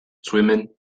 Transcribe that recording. twymyn